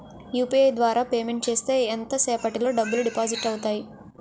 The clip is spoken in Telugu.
యు.పి.ఐ ద్వారా పేమెంట్ చేస్తే ఎంత సేపటిలో డబ్బులు డిపాజిట్ అవుతాయి?